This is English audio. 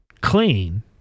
clean